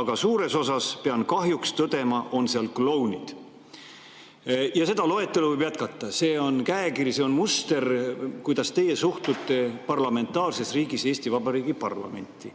aga suures osas, pean kahjuks tõdema, on seal klounid." Seda loetelu võib jätkata. See on käekiri, see on muster, kuidas teie suhtute parlamentaarses riigis, Eesti Vabariigis, parlamenti.